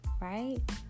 right